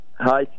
Hi